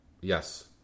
Yes